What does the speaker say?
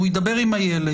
חוקר הילדים ידבר עם הילד,